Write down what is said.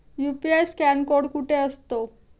UPI scan code कुठे असतो?